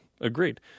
Agreed